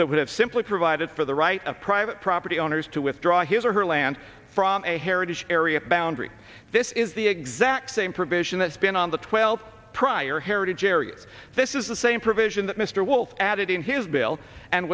that would have simply provided for the right of private property owners to withdraw his or her land from a heritage area boundary this is the exact same provision that's been on the twelve prior heritage area this is the same provision that mr wolf added in his bill and